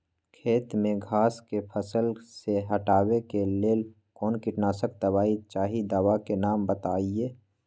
खेत में घास के फसल से हटावे के लेल कौन किटनाशक दवाई चाहि दवा का नाम बताआई?